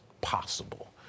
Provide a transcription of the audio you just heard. possible